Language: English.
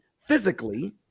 physically